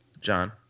John